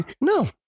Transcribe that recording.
No